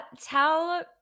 tell